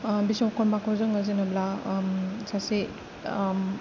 भिस्वकर्माखौ जोङो जेनेब्ला सासे